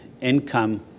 income